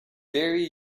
very